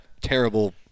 terrible